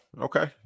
okay